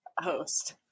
host